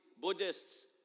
Buddhists